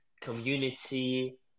community